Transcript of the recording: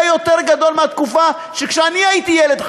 יותר גדול מבתקופה כשאני הייתי ילד,